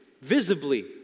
visibly